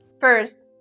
First